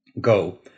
Go